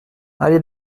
allée